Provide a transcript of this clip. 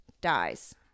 dies